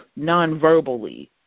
nonverbally